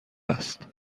است